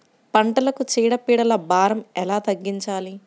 పంటలకు చీడ పీడల భారం ఎలా తగ్గించాలి?